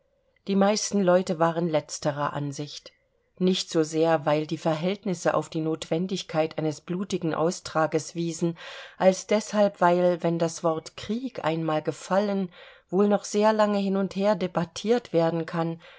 die meisten leute waren letzterer ansicht nicht so sehr weil die verhältnisse auf die notwendigkeit eines blutigen austrages wiesen als deshalb weil wenn das wort krieg einmal gefallen wohl noch sehr lange hin und her debattiert werden kann